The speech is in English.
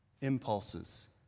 impulses